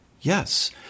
yes